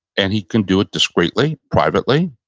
and he can do it discreetly, privately.